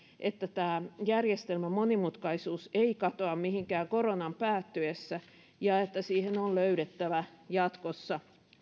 että tämä järjestelmän monimutkaisuus ei katoa mihinkään koronan päättyessä ja että siihen on löydettävä jatkossa